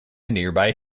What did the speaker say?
nearby